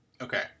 Okay